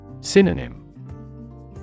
Synonym